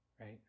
right